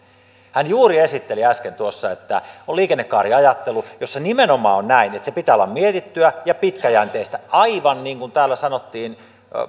hän juuri esitteli äsken tuossa että on liikennekaariajattelu jossa nimenomaan on näin että sen pitää olla mietittyä ja pitkäjänteistä aivan niin kuin täällä sanottiin